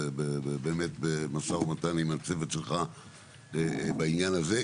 ובאמת במשא ומתן עם הצוות שלך בעניין הזה,